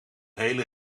hele